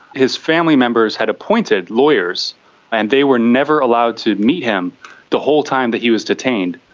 his family members had appointed lawyers and they were never allowed to meet him the whole time that he was detained.